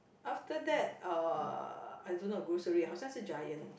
after that uh I don't know grocery 好像是 Giant